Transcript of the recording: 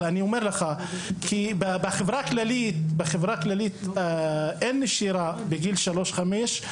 ואני אומר לך שבחברה הכללית אין נשירה בגילאי שלוש עד חמש,